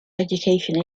education